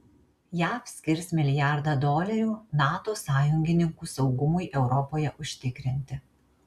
jav skirs milijardą dolerių nato sąjungininkų saugumui europoje užtikrinti